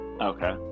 Okay